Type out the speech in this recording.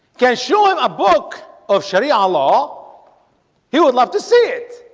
can show him a book of sharia ah law he would love to see it